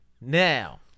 Now